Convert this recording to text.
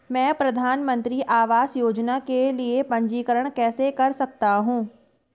मैं प्रधानमंत्री आवास योजना के लिए पंजीकरण कैसे कर सकता हूं?